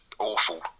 Awful